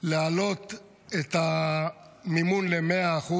להעלות את המימון ל-100%,